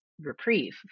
reprieve